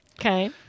Okay